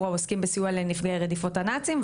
העוסקים בסיוע לנפגעי רדיפות הנאצים,